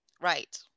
Right